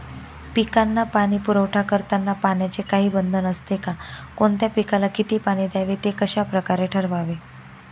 पिकांना पाणी पुरवठा करताना पाण्याचे काही बंधन असते का? कोणत्या पिकाला किती पाणी द्यावे ते कशाप्रकारे ठरवावे?